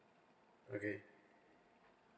okay